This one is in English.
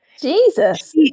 Jesus